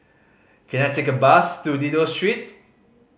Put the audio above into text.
can I take a bus to Dido Street